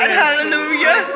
hallelujah